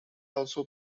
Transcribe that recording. also